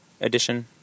edition